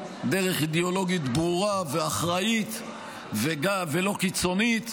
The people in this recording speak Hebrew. דרך אידיאולוגית ברורה ואחראית ולא קיצונית,